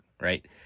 right